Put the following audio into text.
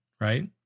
right